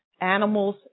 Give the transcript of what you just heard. animals